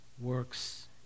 works